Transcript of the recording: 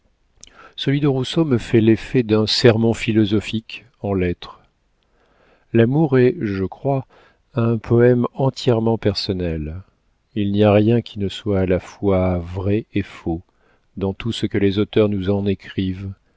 celui de rousseau me fait l'effet d'un sermon philosophique en lettres l'amour est je crois un poème entièrement personnel il n'y a rien qui ne soit à la fois vrai et faux dans tout ce que les auteurs nous en écrivent